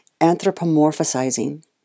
anthropomorphizing